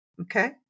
Okay